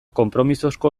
konpromisozko